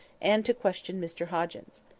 and to question mr hoggins.